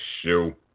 shoe